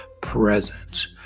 presence